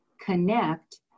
connect